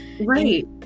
right